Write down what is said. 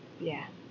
yeah